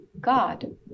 God